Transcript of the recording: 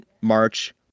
March